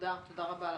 תודה רבה לך.